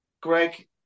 Greg